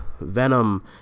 Venom